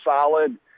solid